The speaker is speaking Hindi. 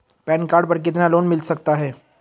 पैन कार्ड पर कितना लोन मिल सकता है?